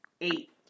eight